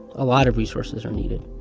a lot of resources are needed.